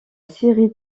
série